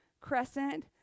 crescent